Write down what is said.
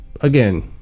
again